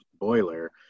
boiler